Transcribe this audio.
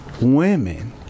women